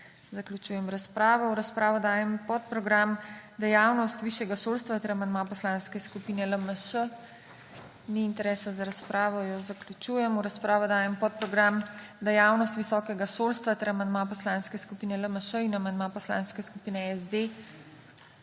Zaključujem razpravo. V razpravo dajem podprogram Dejavnost višjega šolstva ter amandma Poslanske skupine LMŠ. NI interesa za razpravo, jo zaključujem. V razpravo dajem podprogram Dejavnost visokega šolstva ter amandma Poslanske skupine LMŠ in amandma Poslanske skupine SD.